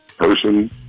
person